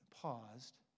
paused